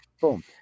Boom